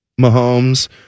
Mahomes